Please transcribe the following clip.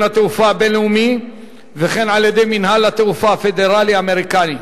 התעופה הבין-לאומי וכן על-ידי מינהל התעופה הפדרלי האמריקני.